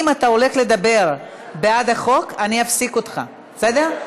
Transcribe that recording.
אם אתה הולך לדבר בעד החוק, אני אפסיק אותך, בסדר?